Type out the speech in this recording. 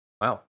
Wow